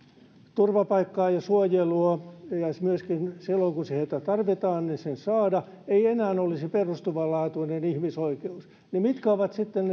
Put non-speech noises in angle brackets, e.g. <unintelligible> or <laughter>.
turvapaikkaa ja suojelua ja silloin kun sitä tarvitaan myöskin saada ei enää olisi perustavanlaatuinen ihmisoikeus niin mitkä ovat sitten <unintelligible>